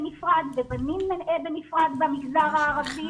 בנפרד ובנים בנפרד במגזר הערבי.